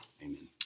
Amen